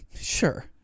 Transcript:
Sure